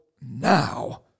now